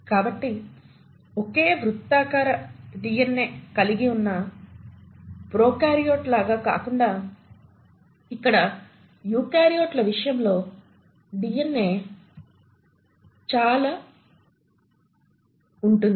కాబట్టి ఒకే వృత్తాకార డిఎన్ఏ కలిగి ఉన్న ప్రొకార్యోట్ల లాగా కాకుండా ఇక్కడ యూకారియోట్ల విషయంలో డిఎన్ఏ చాలా క్లిష్టంగా ఉంటుంది